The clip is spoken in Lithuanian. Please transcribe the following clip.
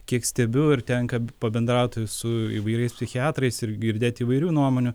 kiek stebiu ir tenka pabendrauti su įvairiais psichiatrais ir girdėt įvairių nuomonių